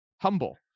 humble